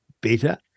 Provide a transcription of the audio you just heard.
better